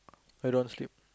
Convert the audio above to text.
why you don't want to sleep